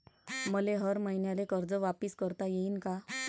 मले हर मईन्याले कर्ज वापिस करता येईन का?